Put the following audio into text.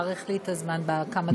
ולהאריך לי את הזמן בכמה דקות האלה.